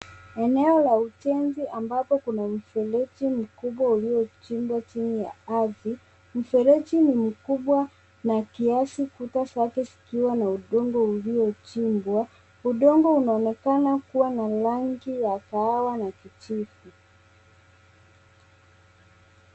Eneo la ujenzi ambapo kuna mfereji mkubwa uliochimbwa chini ya ardhi. Mfereji ni mkubwa na kiasi, kuta zake zikiwa na udongo uliochimbwa. udongo unaonekana kuwa na rangi ya kahawa na kijivu.